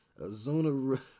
Azuna